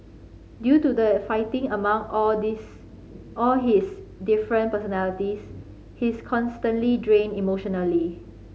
due to the fighting among all this all his different personalities he's constantly drained emotionally